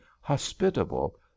hospitable